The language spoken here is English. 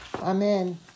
amen